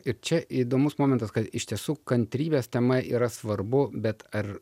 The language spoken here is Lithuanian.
ir čia įdomus momentas kad iš tiesų kantrybės tema yra svarbu bet ar